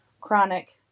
chronic